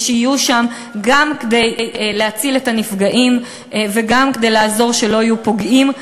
ושיהיו שם גם להציל את הנפגעים וגם כדי לעזור שלא יהיו פוגעים.